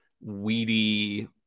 weedy